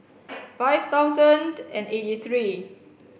five thousand and eighty three